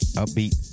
upbeat